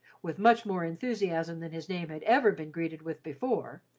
with much more enthusiasm than his name had ever been greeted with before,